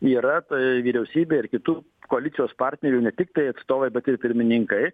yra ta vyriausybė ir kitų koalicijos partnerių ne tiktai atstovai bet ir pirmininkai